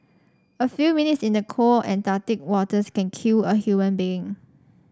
a few minutes in the cold Antarctic waters can kill a human being